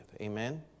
Amen